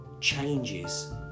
changes